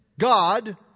God